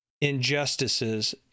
injustices